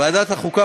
ועדת החוקה,